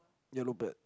yellow bird